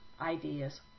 ideas